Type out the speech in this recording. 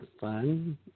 fun